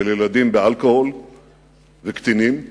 של ילדים ושל קטינים באלכוהול,